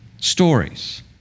stories